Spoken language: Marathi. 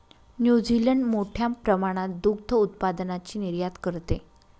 न्यूझीलंड मोठ्या प्रमाणात दुग्ध उत्पादनाची निर्यात करते